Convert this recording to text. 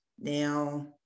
Now